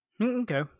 Okay